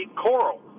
coral